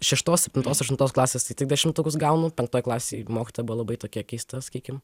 šeštos septintos aštuntos klasės tai tik dešimtukus gaunu penktoj klasėj mokytoja buvo labai tokia keista sakykim